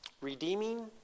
Redeeming